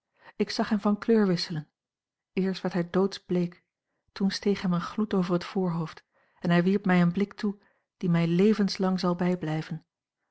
ik zag hem van kleur wisselen eerst werd hij doodsbleek toen steeg hem een gloed over het voorhoofd en hij wierp mij een blik toe die mij levenslang zal bijblijven